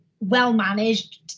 well-managed